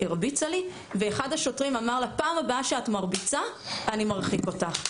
אחד השוטרים אמר לה שבפעם הבאה שהיא תרביץ הוא ירחיק אותה.